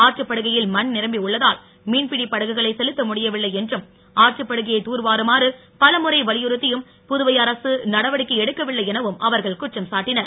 ஆற்றுப்படுகையில் மண் நிரம்பி உள்ளதால் மீன்பிடி படகுகளை செலுத்த முடியவில்லை என்றும் ஆற்றுபடுகையை தூர்வாருமாறு பலமுறை வலியுறுத்தியும் புதுவை அரசு நடவடிக்கை எடுக்கவில்லை எனவும் அவர்கன் குற்றம் சாட்டினர்